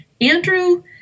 Andrew